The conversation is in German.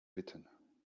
witten